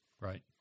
Right